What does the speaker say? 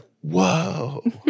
whoa